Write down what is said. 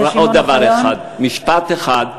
ועוד דבר אחד, משפט אחד,